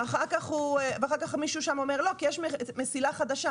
ואחר כך מישהו אומר, לא, כי יש מסילה חדשה.